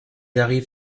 arrive